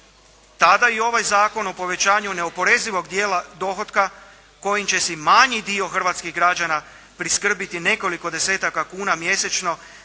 Tada i ovaj Zakon o povećanju neoporezivog dijela dohotka kojim će si manji dio hrvatskih građana priskrbiti nekoliko desetaka kuna mjesečno